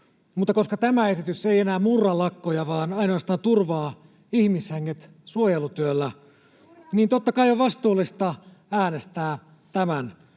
mutta koska tämä esitys ei enää murra lakkoja vaan ainoastaan turvaa ihmishenget suojelutyöllä, niin totta kai on vastuullista äänestää tämän